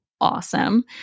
awesome